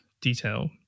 detail